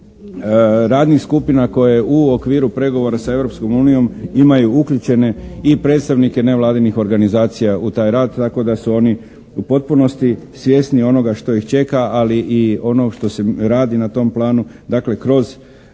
radnih skupina koje u okviru pregovora sa Europskom unijom imaju uključene i predstavnike nevladinih organizacija u taj rad tako da su oni u potpunosti svjesni onoga što ih čeka, ali i onog što se radi na tom planu, dakle kroz